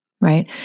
right